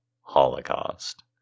holocaust